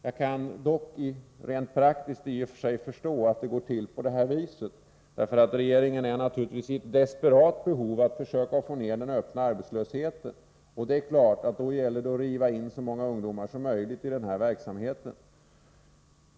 Jag kan dock förstå att det rent praktiskt går till på det här viset. Regeringen är naturligtvis i desperat behov av att minska den öppna arbetslösheten. Då gäller det ju att få in så många ungdomar som möjligt i den här verksamheten.